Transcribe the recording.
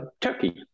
turkey